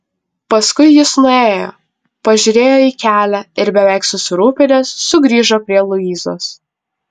paskui jis nuėjo pažiūrėjo į kelią ir beveik susirūpinęs sugrįžo prie luizos